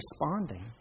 responding